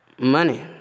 Money